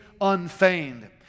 unfeigned